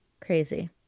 Crazy